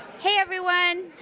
hey, everyone.